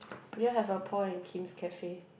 we all have a point Kim's cafe